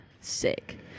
Sick